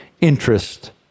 interest